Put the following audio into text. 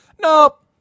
nope